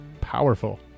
powerful